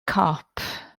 cop